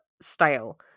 style